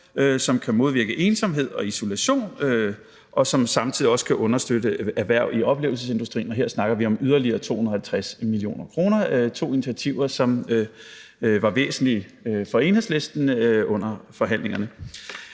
som kan modvirke ensomhed og isolation, og som samtidig også kan understøtte erhverv i oplevelsesindustrien, og her snakker vi om yderligere 250 mio. kr. Det er to initiativer, som var væsentlige for Enhedslisten under forhandlingerne.